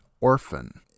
orphan